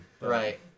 right